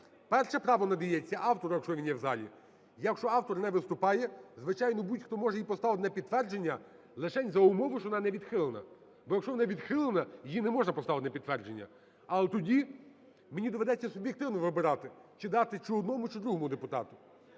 Перше право надається автору, якщо він є в залі. Якщо автор не виступає, звичайно, будь-хто може її поставити на підтвердження, лишень за умови, що вона не відхилена. Бо якщо вона відхилена, її не можна поставити на підтвердження. Але тоді мені доведеться суб'єктивно вибирати, чи дати чи одному, чи другому депутату.